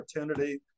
opportunity